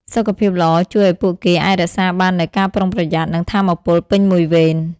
សុខភាពល្អជួយឲ្យពួកគេអាចរក្សាបាននូវការប្រុងប្រយ័ត្ន និងថាមពលពេញមួយវេន។